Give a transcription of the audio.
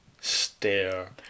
Stare